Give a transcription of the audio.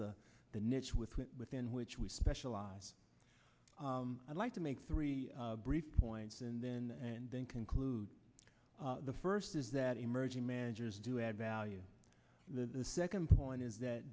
the the niche within within which we specialize i'd like to make three brief points and then and then conclude the first is that emerging managers do add value the second point is that